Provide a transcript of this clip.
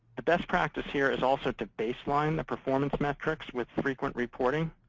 the best practice here is also to baseline the performance metrics with frequent reporting